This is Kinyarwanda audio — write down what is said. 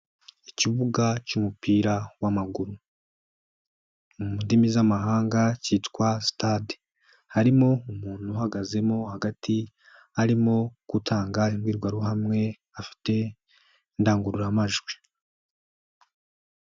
Ikibuga cy'umupira w'amaguru. Mu ndimi z'amahanga cyitwa sitade. Harimo umuntu uhagazemo hagati, arimo gutanga imbwirwaruhame afite indangururamajwi.